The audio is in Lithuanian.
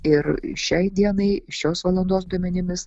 ir šiai dienai šios valandos duomenimis